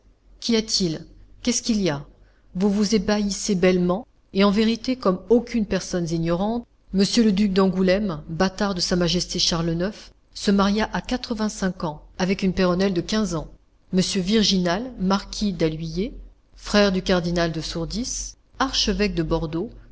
qu'y a-t-il qu'est-ce qu'il y a vous vous ébahissez bellement et en vérité comme aucunes personnes ignorantes monsieur le duc d'angoulême bâtard de sa majesté charles ix se maria à quatrevingt cinq ans avec une péronnelle de quinze ans monsieur virginal marquis d'alluye frère du cardinal de sourdis archevêque de bordeaux